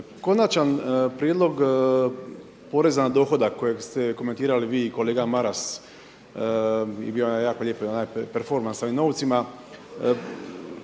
Konačan prijedlog poreza na dohodak kojeg ste komentirali vi i kolega Maras i bio je onaj jako lijepi onaj performans sa onim novcima.